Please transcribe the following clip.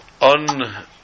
on